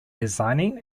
designing